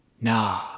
Nah